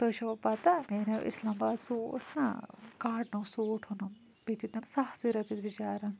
تُہۍ چھٕوا پَتا مےٚ اَنیو اِسلام باد سوٗٹھ نہ کاٹنُک سوٗٹھ اوٚنُم بیٚیہِ دِتۍ نَم ساسٕے رۄپیَس بِچارَن